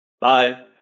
Bye